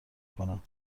کنم